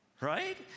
Right